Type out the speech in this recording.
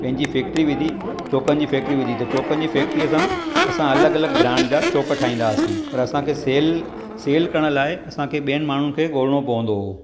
पहिंजी फैक्टरी विधी चोखनि जी फैक्टरी विधी त चोखनि जी फैक्ट्रीअ सां असां अलॻि अलॻि ब्रांड जा चोंख ठाहिंदासीं पर असांखे सेल करण लाइ असांखे ॿियनि माण्हुनि खे ॻोल्हणो पवंदो हुओ